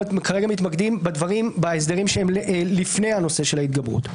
מתמקדים בהסדרים שהם לפני הנושא של ההתגברות.